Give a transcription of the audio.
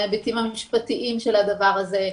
ההיבטים המשפטיים של הדבר הזה,